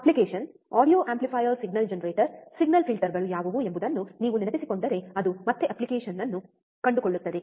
application audio amplifier signal generator signal ಫಿಲ್ಟರ್ಗಳು ಯಾವುವು ಎಂಬುದನ್ನು ನೀವು ನೆನಪಿಸಿಕೊಂಡರೆ ಅದು ಮತ್ತೆ ಅಪ್ಲಿಕೇಶನ್ ಅನ್ನು ಕಂಡುಕೊಳ್ಳುತ್ತದೆ